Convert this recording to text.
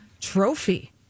trophy